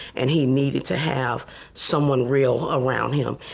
and he needed to have someone real around him.